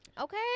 Okay